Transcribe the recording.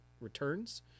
Returns